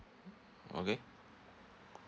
okay